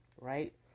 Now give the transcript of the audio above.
right